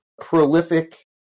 prolific